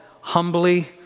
humbly